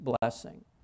blessing